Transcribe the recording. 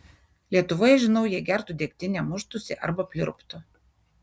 lietuvoje žinau jie gertų degtinę muštųsi arba pliurptų